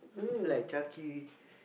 like Chucky